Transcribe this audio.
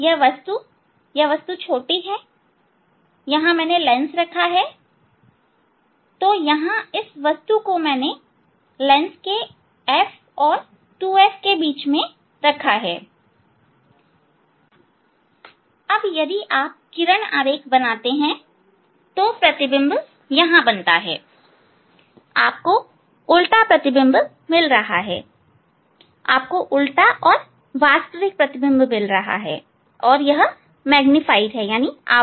यह वस्तु वस्तु छोटी है मैंने यहां लेंस रखा है तो यहां इस वस्तु को मैंने लेंस के F और 2F के बीच में रखा है अब यदि आप किरण आरेख बनाते हैं तो प्रतिबिंब यहां बनता है आपको उल्टा प्रतिबिंब मिल रहा है आपको उल्टा प्रतिबिंब और वास्तविक प्रतिबिंब मिल रहा है और मैग्नीफाइड प्रतिबिंब